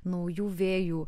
naujų vėjų